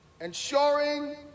ensuring